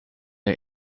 der